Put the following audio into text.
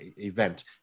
event